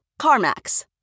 CarMax